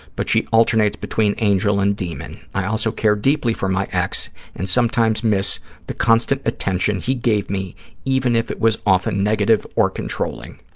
but she alternates between angel and demon. i also care deeply for my ex and sometimes miss the constant attention he gave me even if it was often negative or controlling.